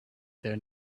their